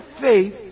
faith